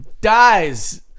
dies